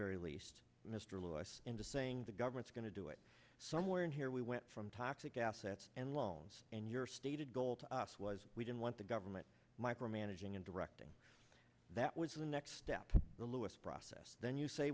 very least mr lewis into saying the government's going to do it somewhere in here we went from toxic assets and loans and your stated goal to us was we didn't want the government micromanaging and directing that was the next step louis process then you say